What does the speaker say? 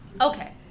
Okay